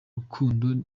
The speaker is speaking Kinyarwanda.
rukundo